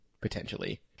potentially